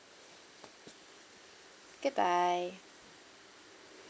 goodbye